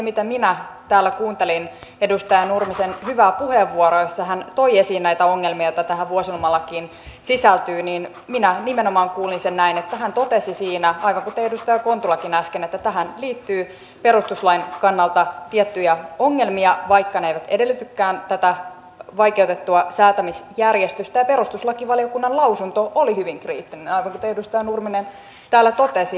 kun minä täällä kuuntelin edustaja nurmisen hyvää puheenvuoroa jossa hän toi esiin näitä ongelmia joita tähän vuosilomalakiin sisältyy niin minä nimenomaan kuulin sen näin että hän totesi siinä aivan kuten edustaja kontulakin äsken että tähän liittyy perustuslain kannalta tiettyjä ongelmia vaikka ne eivät edellytäkään tätä vaikeutettua säätämisjärjestystä ja perustuslakivaliokunnan lausunto oli hyvin kriittinen aivan kuten edustaja nurminen täällä totesi